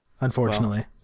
unfortunately